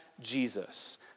Jesus